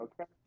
Okay